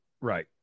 Right